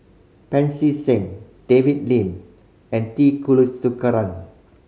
Pancy Seng David Lim and T Kulasekaram